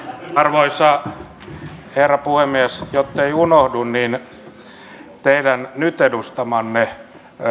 arvoisa herra puhemies jottei unohdu niin teidän nyt edustamanne